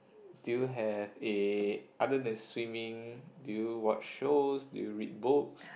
do you have eh other than swimming do you watch shows do you read books